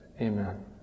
Amen